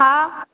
हा